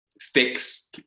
fix